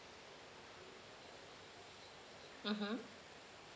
mmhmm